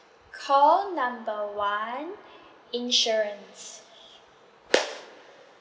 call number one insurance